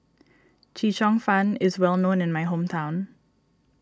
Chee Cheong Fun is well known in my hometown